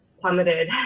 plummeted